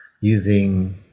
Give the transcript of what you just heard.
using